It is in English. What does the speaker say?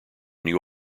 new